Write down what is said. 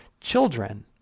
Children